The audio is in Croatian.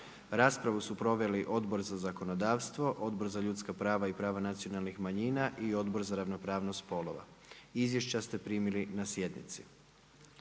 Raspravu su proveli Odbor za zakonodavstvo, Odbor za ljudska prava i prava nacionalnih manjina i Odbor za ravnopravnost spolova. Izvješća ste primili na sjednici.